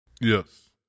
Yes